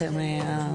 אנחנו